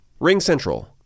RingCentral